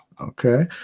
okay